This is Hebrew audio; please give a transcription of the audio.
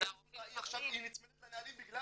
שייאמר לזכותה שהיא נצמדת לנהלים בגלל